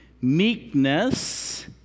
meekness